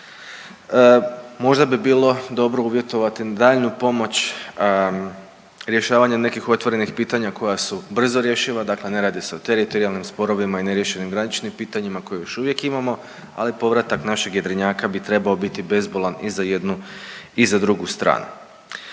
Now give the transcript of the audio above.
Možda bi bilo dobro uvjetovati daljnju pomoć, rješavanjem nekih otvorenih pitanja koja su brzo rješiva, dakle ne radi se o teritorijalnim sporovima i nerješivim graničnim pitanjima koje još uvijek imamo, ali povratak našeg jedrenjaka bi trebao biti bezbolan i za jednu i za drugu stranu.